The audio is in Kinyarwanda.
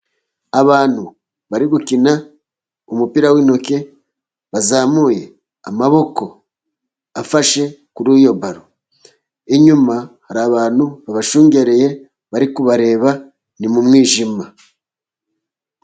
Abantu bari gukina umupira w'intoki bazamuye amaboko afashe kuri iyo balo, inyuma hari abantu babashungereye bari kubareba ni mu mwijima.